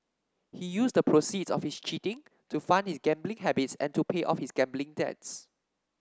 he used the proceeds of his cheating to fund his gambling habits and to pay off his gambling debts